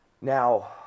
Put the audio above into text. now